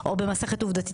חולים.